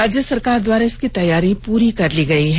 राज्य सरकार द्वारा इसकी तैयारी पूरी की जा चुकी है